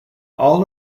all